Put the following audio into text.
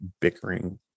bickering